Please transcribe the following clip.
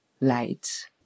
lights